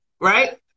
Right